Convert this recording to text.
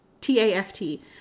T-A-F-T